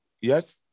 Yes